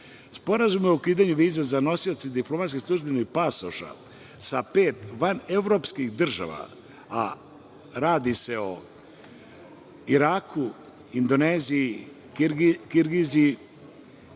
pasoše. Sporazum o ukidanje viza za nosioce diplomatskih i službenih pasoša sa pet vanevropskih država, a radi se o Iraku, Indoneziji, Kirgiziji,